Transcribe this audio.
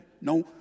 No